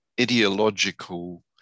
ideological